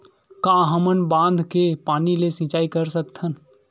का हमन बांधा के पानी ले सिंचाई कर सकथन?